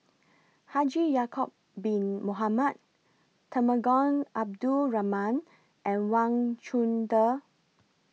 Haji Ya'Acob Bin Mohamed Temenggong Abdul Rahman and Wang Chunde